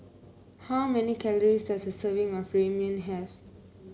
how many calories does a serving of Ramyeon have